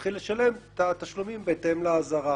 ולהתחיל לשלם את התשלומים בהתאם לאזהרה.